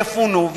יפונו,